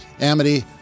Amity